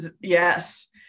yes